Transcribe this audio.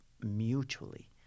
mutually